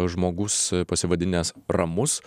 žmogus pasivadinęs ramus